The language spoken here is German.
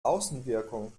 außenwirkung